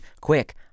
quick